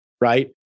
Right